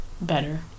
better